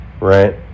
right